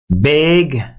Big